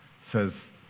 says